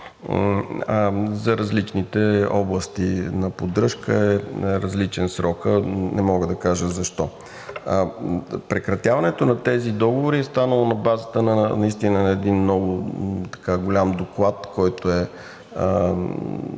За различните области на поддръжка срокът е различен, не мога да кажа защо. Прекратяването на тези договори е станало на базата на наистина един много голям доклад, който е